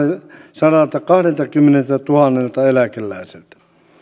sadaltakahdeltakymmeneltätuhannelta eläkeläiseltä